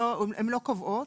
הן לא קובעות.